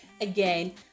Again